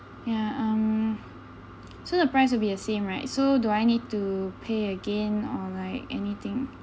ya um so the price will be the same right so do I need to pay again or like anything